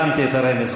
הבנתי את הרמז.